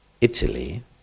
Italy